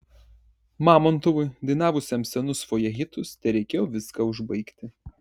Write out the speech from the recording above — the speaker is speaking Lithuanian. mamontovui dainavusiam senus fojė hitus tereikėjo viską užbaigti